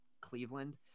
Cleveland